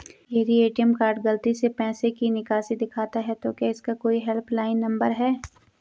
यदि ATM card गलती से पैसे की निकासी दिखाता है तो क्या इसका कोई हेल्प लाइन नम्बर है?